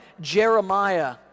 Jeremiah